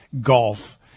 golf